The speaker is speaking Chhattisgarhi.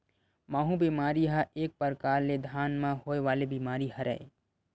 माहूँ बेमारी ह एक परकार ले धान म होय वाले बीमारी हरय